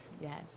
Yes